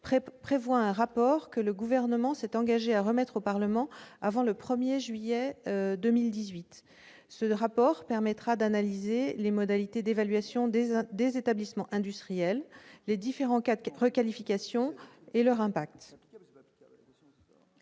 prévoit un rapport que le Gouvernement s'est engagé à remettre au Parlement avant le 1 juillet 2018. Ce rapport permettra d'analyser les modalités d'évaluation des établissements industriels, les différentes requalifications et leur impact.